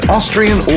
Austrian